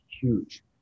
huge